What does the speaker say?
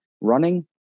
running